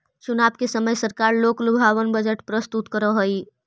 चुनाव के समय सरकार लोकलुभावन बजट प्रस्तुत करऽ हई